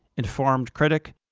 informed critic,